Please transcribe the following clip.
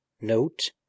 note